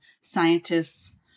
scientists